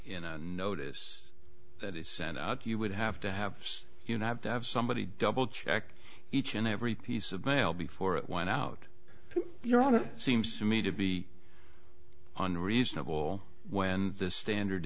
in a notice that is sent out you would have to have you know have to have somebody double check each and every piece of mail before it went out on your own it seems to me to be unreasonable when the standard